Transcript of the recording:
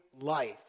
life